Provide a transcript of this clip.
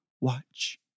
Watch